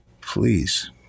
Please